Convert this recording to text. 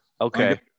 Okay